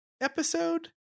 episode